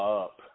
up